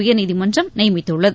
உயர்நீதிமன்றம் நியமித்துள்ளது